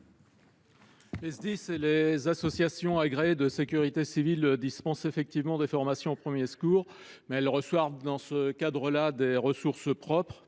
Les Sdis et les associations agréées de sécurité civile dispensent des formations aux premiers secours, mais ils reçoivent dans ce cadre des ressources propres,